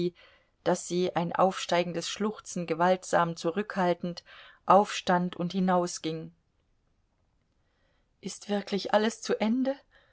daß sie ein aufsteigendes schluchzen gewaltsam zurückhaltend aufstand und hinausging ist wirklich alles zu ende